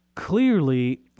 Clearly